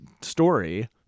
story